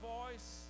voice